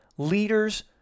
Leaders